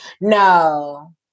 no